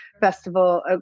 festival